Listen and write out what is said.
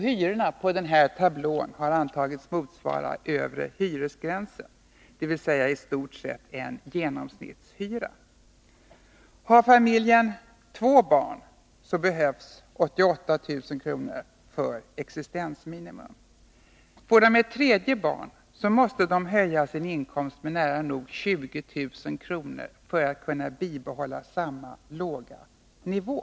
Hyrorna i tablån har antagits motsvara ”övre hyresgränsen”, dvs. i stort sett en genomsnittshyra. Har familjen två barn behövs 88000 kr. för existensminimum. Får makarna ett tredje barn måste de höja sin inkomst med nära 20 000 kr. för att kunna bibehålla samma låga nivå.